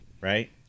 right